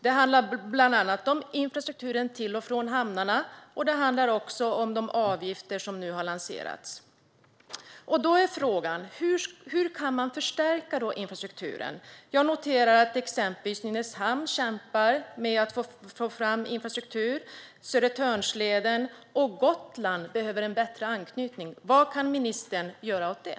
Det handlar bland annat om infrastrukturen till och från hamnarna. Det handlar också om de avgifter som nu har lanserats. Då är frågan: Hur kan man förstärka infrastrukturen? Jag noterar exempelvis att Nynäshamn kämpar med att få fram infrastruktur, såsom Södertörnsleden, och att Gotland behöver en bättre anknytning. Vad kan ministern göra åt det?